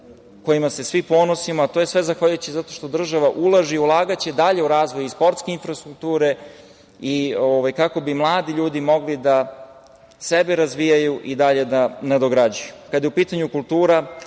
kojima se svi ponosimo, a to je sve zahvaljujući zato što država ulaže i ulagaće i dalje u razvoj sportske infrastrukture, kako bi mladi ljudi mogli sebe da razvijaju i dalje da nadograđuju. Kada